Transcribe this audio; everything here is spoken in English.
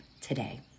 today